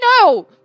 no